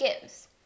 gives